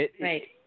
right